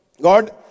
God